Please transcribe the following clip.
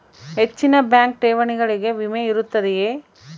ಹೆಚ್ಚಿನ ಬ್ಯಾಂಕ್ ಠೇವಣಿಗಳಿಗೆ ವಿಮೆ ಇರುತ್ತದೆಯೆ?